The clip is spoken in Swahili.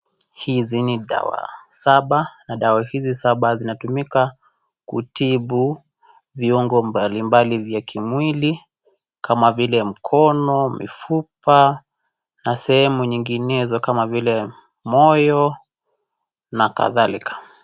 Hizi ni dawa saba na dawa hizi saba zinatumika kutibu viungo mbali mbali vya kimwili kama vile, mkono, mifupa na sehemu nyinginezo kama vile moyo na kadhalika.